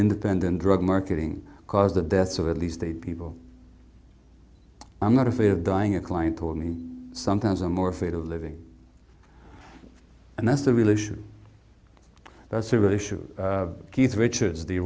independent drug marketing caused the deaths of at least eight people i'm not afraid of dying a client told me sometimes i'm more afraid of living and that's the real issue that's a real issue keith richards the